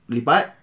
Lipat